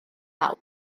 awr